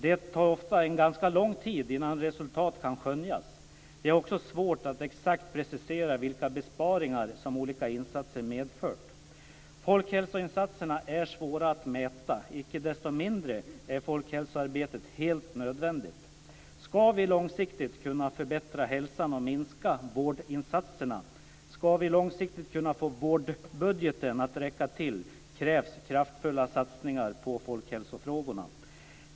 Det tar ofta en ganska lång tid innan resultat kan skönjas. Det är också svårt att precisera vilka besparingar som olika insatser medfört. Folkhälsoinsatserna är svåra att mäta. Icke desto mindre är folkhälsoarbetet helt nödvändigt. Skall vi långsiktigt kunna förbättra hälsan och minska vårdinsatserna, och skall vi långsiktigt kunna få vårdbudgeten att räcka till, krävs kraftfulla satsningar på folkhälsofrågorna.